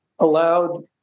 allowed